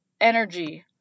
energy